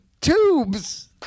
tubes